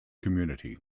community